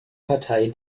partei